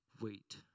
wait